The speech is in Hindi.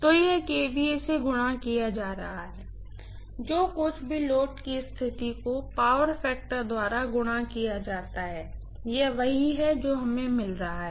तो यह केवीए से गुणा किया जा रहा है जो कुछ भी लोड की स्थिति को पावर फैक्टर द्वारा गुणा किया जाता है यह वही है जो हमें मिला है